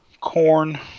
corn